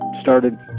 started